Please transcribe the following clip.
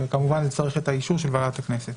כמובן נצטרך את האישור של ועדת הכנסת.